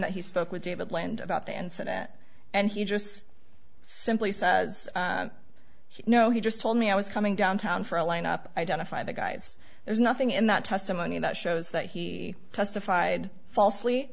that he spoke with david landau about the incident and he just simply says no he just told me i was coming down town for a lineup identify the guys there's nothing in that testimony that shows that he testified falsely